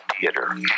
Theater